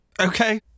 Okay